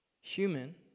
human